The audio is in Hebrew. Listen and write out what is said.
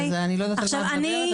אני לא יודעת על מה את מדברת,